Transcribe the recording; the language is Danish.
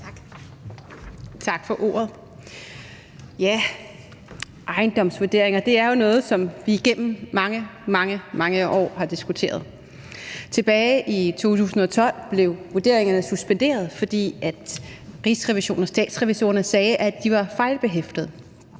Tak for ordet. Ejendomsvurderinger er jo noget, som vi igennem mange, mange år har diskuteret. Tilbage i 2012 blev vurderingerne suspenderet, fordi Rigsrevisionen og statsrevisorerne sagde, at de var fejlbehæftede.